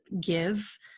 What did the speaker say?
give